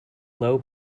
low